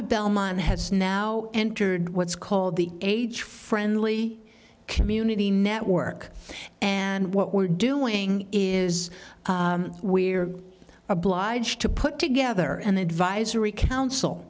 of belmont has now entered what's called the aids friendly community network and what we're doing is we're obliged to put together an advisory council